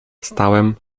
stałem